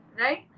right